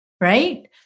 right